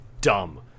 dumb